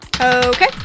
Okay